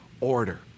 order